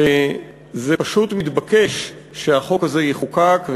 שזה פשוט מתבקש שהחוק הזה יחוקק,